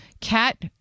cat